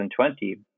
2020